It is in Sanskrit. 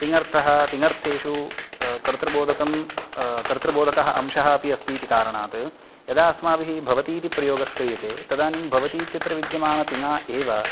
तिङ्गर्थः तिङ्गर्थेषु कर्तृबोधकं कर्तृबोधकः अंशः अपि अस्ति इति कारणात् यदा अस्माभिः भवति इति प्रयोगः क्रियते तदानीं भवति इत्यत्र विद्यमान तिङ्गा एव